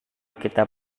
kita